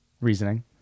reasoning